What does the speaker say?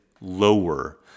lower